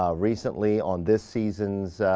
um recently, on this season's,